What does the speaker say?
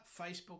Facebook